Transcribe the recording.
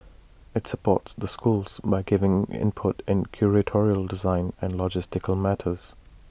IT supports the schools by giving input in curatorial design and logistical matters